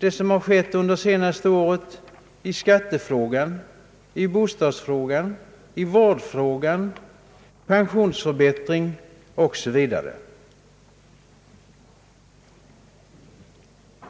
gäller skatter, bostäder, vård, pensionsförbättring osv.